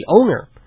owner